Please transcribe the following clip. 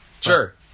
Sure